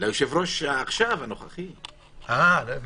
ליושב-ראש עכשיו, הנוכחי.